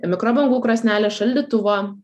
mikrobangų krosnelės šaldytuvo